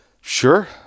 sure